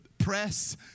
Press